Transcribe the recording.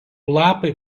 lapai